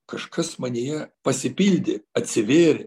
kažkas manyje pasipildė atsivėrė